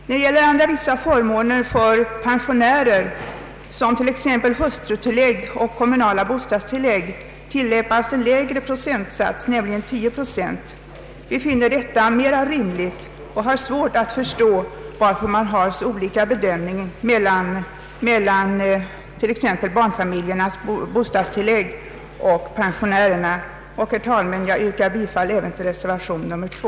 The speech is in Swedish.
När det gäller vissa förmåner för pensionärer, t.ex. hustrutillägg och kommunalt bostadstillägg, tillämpas en lägre procentsats, nämligen 10 procent. Vi finner detta mera rimligt och har svårt att förstå varför bedömningen skall vara så olika vad gäller barnfamiljernas bostadstillägg och förmåner för pensionärer. Herr talman! Jag yrkar bifall även till reservation 2.